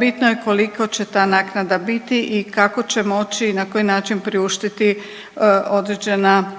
bitno je kolika će ta naknada biti i kako će moći i na koji način priuštiti određena,